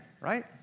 right